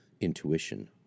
intuition